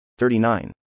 39